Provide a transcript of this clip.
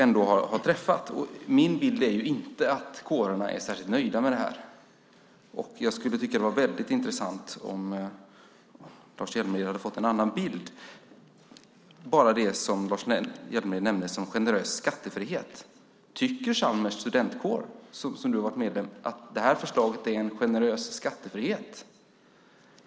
Min bild är inte att kårerna är särskilt nöjda med detta. Jag skulle tycka att det vore intressant om Lars Hjälmered har fått en annan bild. Lars Hjälmered nämnde generös skattefrihet. Tycker Chalmers studentkår, som du har varit medlem i, att förslaget är en generös skattefrihet?